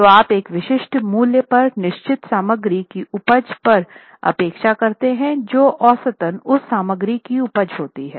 तो आप एक विशिष्ट मूल्य पर निश्चित सामग्री की उपज पर अपेक्षा करते हैं जो औसतन उस सामग्री की उपज होती है